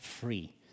free